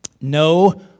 No